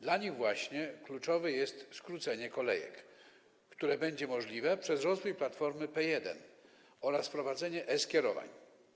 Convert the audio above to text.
Dla nich właśnie kluczowe jest skrócenie kolejek, które będzie możliwe przez rozwój platformy P1 oraz wprowadzenie e-skierowań.